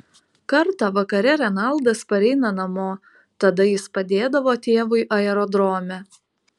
kartą vakare renaldas pareina namo tada jis padėdavo tėvui aerodrome